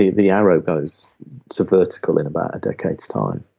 the the arrow goes to vertical in about a decade's time.